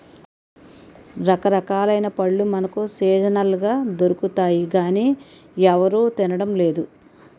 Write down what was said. రకరకాలైన పళ్ళు మనకు సీజనల్ గా దొరుకుతాయి గానీ ఎవరూ తినడం లేదు